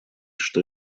что